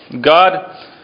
God